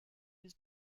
his